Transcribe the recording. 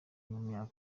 myanya